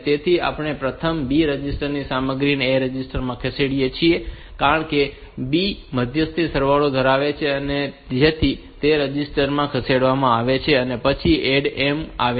તેથી આપણે પ્રથમ આ B રજિસ્ટર સામગ્રીને A રજિસ્ટર માં ખસેડી છીએ કારણ કે B મધ્યસ્થી સરવાળો ધરાવે છે જેથી તે રજિસ્ટર માં ખસેડવામાં આવે છે અને પછી add M આવે છે